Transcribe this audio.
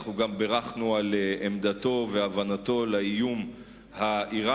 אנחנו גם בירכנו על עמדתו והבנתו את האיום האירני,